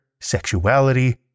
sexuality